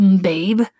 babe